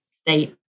state